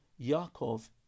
Yaakov